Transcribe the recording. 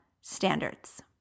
standards